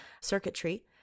circuitry